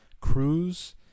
cruise